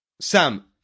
Sam